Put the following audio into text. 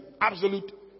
absolute